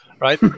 right